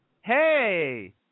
Hey